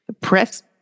Press